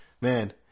man